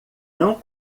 não